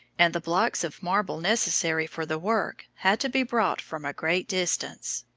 and the blocks of marble necessary for the work had to be brought from a great distance.